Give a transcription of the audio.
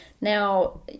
Now